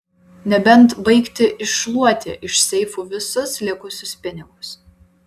nebent baigti iššluoti iš seifų visus likusius pinigus